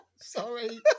sorry